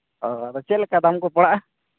ᱚᱻ ᱟᱫᱚ ᱪᱮᱫ ᱞᱮᱠᱟ ᱫᱟᱢ ᱠᱚ ᱯᱟᱲᱟᱜᱼᱟ